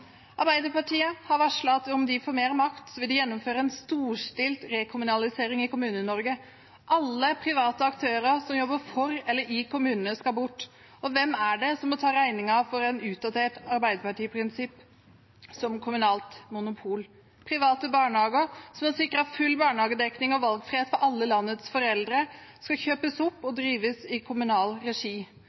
Arbeiderpartiet har varslet at de om de får mer makt, vil gjennomføre en storstilt rekommunalisering i Kommune-Norge. Alle private aktører som jobber for eller i kommunene, skal bort, og hvem må ta regningen for et utdatert Arbeiderparti-prinsipp som kommunalt monopol? Private barnehager som har sikret full barnehagedekning og valgfrihet for alle landets foreldre, skal kjøpes opp og drives i kommunal regi.